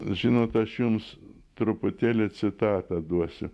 žinot aš jums truputėlį citatą duosiu